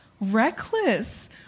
reckless